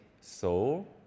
soul